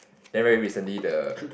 then very recently the